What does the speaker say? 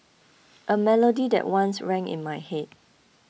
a melody that once rang in my head